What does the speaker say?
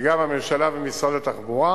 וגם הממשלה ומשרד התחבורה.